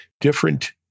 different